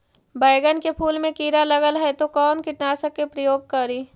बैगन के फुल मे कीड़ा लगल है तो कौन कीटनाशक के प्रयोग करि?